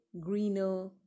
greener